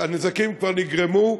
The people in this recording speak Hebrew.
הנזקים כבר נגרמו,